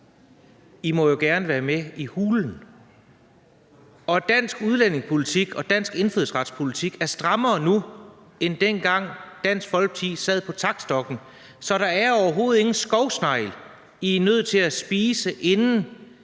I må jo gerne være med i hulen, og dansk udlændingepolitik og dansk indfødsretspolitik er strammere nu end dengang, da Dansk Folkeparti sad med taktstokken. Så der er overhovedet ingen skovsnegl, I er nødt til at spise inden.